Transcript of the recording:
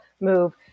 move